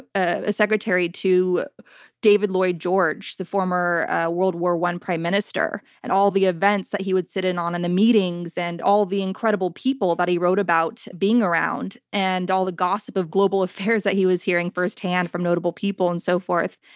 a secretary to david lloyd george, the former world war i prime minister, and all the events that he would sit in on and the meetings and all the incredible people that he wrote about being around and all the gossip of global affairs that he was hearing firsthand from notable people and so forth.